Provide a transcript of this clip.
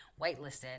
whitelisted